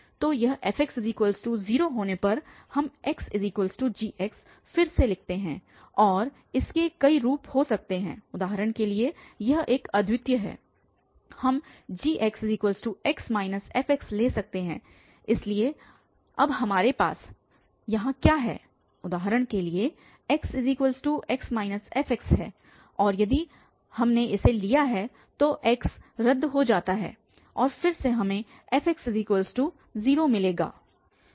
तो यह fx0 होने पर हम xg फिर से लिखते हैं और इसके कई रूप हो सकते हैं उदाहरण के लिए यह अद्वितीय है हम gxx f ले सकते हैं इसलिए अब हमारे पास यहाँ क्या है उदाहरण के लिए xx f है और यदि हमने इसे लिया है तो x रद्द हो जाता है और फिर से हमें fx0 मिलेगा